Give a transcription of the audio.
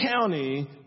county